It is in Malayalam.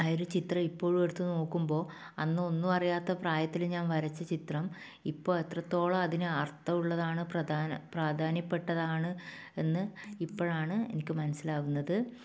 ആ ഒരു ചിത്രം ഇപ്പോഴും എടുത്തു നോക്കുമ്പോൾ അന്ന് ഒന്നുമറിയാത്ത പ്രായത്തിൽ ഞാൻ വരച്ച ചിത്രം ഇപ്പോൾ എത്രത്തോളം അതിന് അർത്ഥമുള്ളതാണ് പ്രധാന പ്രാധാന്യപ്പെട്ടതാണ് എന്ന് ഇപ്പോഴാണ് എനിക്ക് മനസ്സിലാകുന്നത്